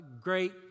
great